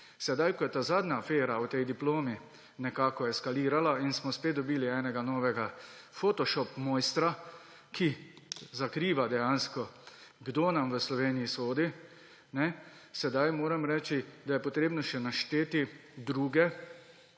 Sedaj, ko je ta zadnja afera o tej diplomi nekako eskalirala in smo spet dobili enega novega fotošop mojstra, ki dejansko zakriva, kdo nam v Sloveniji sodi, moram reči, da je treba našteti še